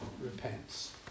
repents